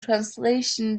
translation